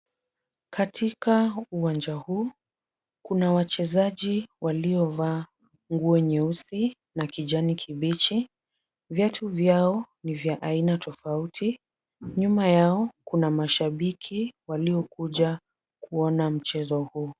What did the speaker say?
Katika uwanja huu, kuna wachezaji waliovaa nguo nyeusi na kijani kibichi. Viatu vyao ni vya aina tofauti. Nyuma yao kuna mashabiki waliokuja kuona mchezo huu.